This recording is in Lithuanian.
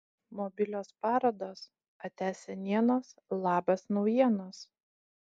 mobilios parodos atia senienos labas naujienos